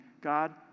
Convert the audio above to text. God